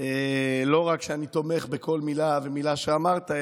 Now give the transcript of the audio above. לא רק שאני תומך בכל מילה ומילה שאמרת,